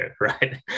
right